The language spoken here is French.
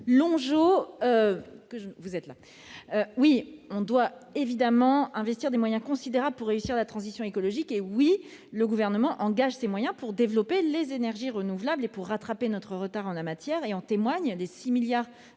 toute évidence, nous devons investir des moyens considérables pour réussir la transition écologique. D'ailleurs, le Gouvernement engage ces moyens pour développer les énergies renouvelables et pour rattraper notre retard en la matière. En témoignent les 6 milliards